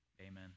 Amen